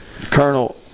Colonel